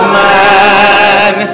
man